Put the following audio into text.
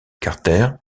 carter